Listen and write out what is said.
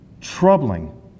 troubling